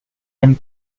been